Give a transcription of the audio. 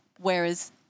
Whereas